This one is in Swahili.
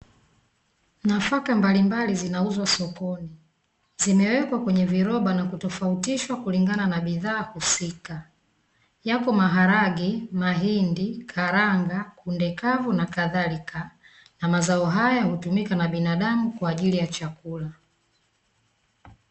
Nafaka mbalimbali zinauzwa sokon,i zimewekwa kwenye viroba na kutifautishwa kulingana na bidhaa husika yako maharage, mahindi, karanga, kunde kavu nakadhalika na mazao haya hutumika na binadamu kwa ajili ya chakula.